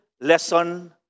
lesson